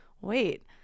wait